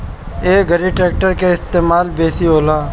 ए घरी ट्रेक्टर के इस्तेमाल बेसी होला